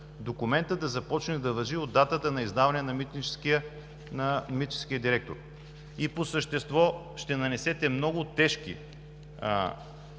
документът да започне да важи от датата на издаване от митническия директор. По същество ще внесете много тежки